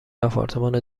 آپارتمان